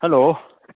hello